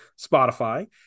Spotify